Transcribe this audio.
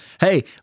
Hey